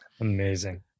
Amazing